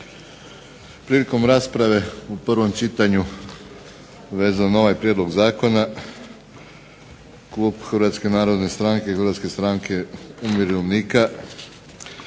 Prilikom rasprave u prvom čitanju vezano za ovaj prijedlog zakona Klub Hrvatske narodne stranke Hrvatske stranke umirovljenika